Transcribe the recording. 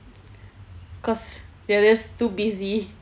cause they're just too busy